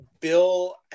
Bill